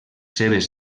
seves